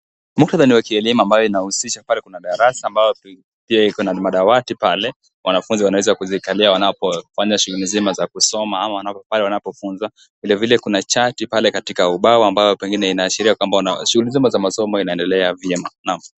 Muktadha ni wa kielimu ambayo inahusisha pale kuna darasa ambayo pia iko na madawati pale. Wanafunzi wanaweza kuzikalia wanapofanya shughuli zima za kusoma ama wanapofunzwa . Vilevile kuna chati pale katika ubao ambayo pengine inaashiria kwamba wana shughuli zima za masomo inaendelea vyema. Naam.